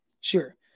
Sure